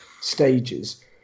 stages